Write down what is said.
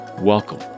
welcome